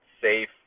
safe